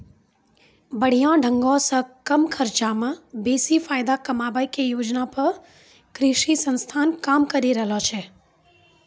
बढ़िया ढंगो से कम खर्चा मे बेसी फायदा कमाबै के योजना पे कृषि संस्थान काम करि रहलो छै